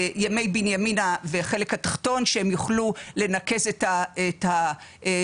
ימי בנימינה בחלק התחתון שהם יוכלו לנקז את התחבורה